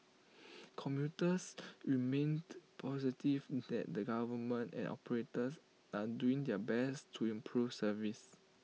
commuters remained positive that the government and operators are doing their best to improve service